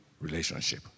relationship